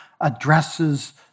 addresses